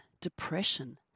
depression